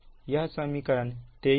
यह समीकरण 23 है